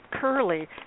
Curly